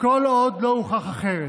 כל עוד לא הוכח אחרת.